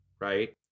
right